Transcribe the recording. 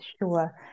sure